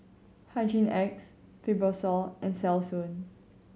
Hygin X Fibrosol and Selsun